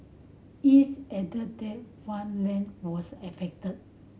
is added that one lane was affected